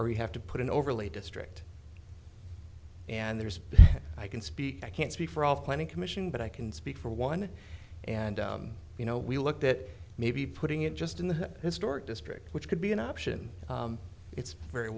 you have to put an overlay district and there's i can speak i can't speak for all the planning commission but i can speak for one and you know we look that maybe putting it just in the historic district which could be an option it's very